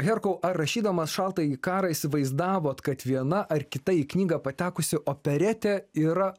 herkau ar rašydamas šaltąjį karą įsivaizdavot kad viena ar kita į knygą patekusi operetė yra